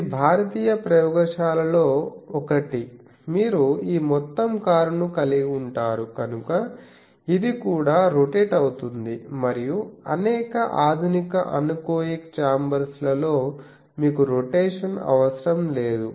ఇది భారతీయ ప్రయోగశాలలలో ఒకటి మీరు ఈ మొత్తం కారును కలిగి ఉంటారు కనుక ఇది కూడా రొటేట్ అవుతుంది మరియు అనేక ఆధునిక అనెకోయిక్ చాంబర్స్ లలో మీకు రొటేషన్ అవసరం లేదు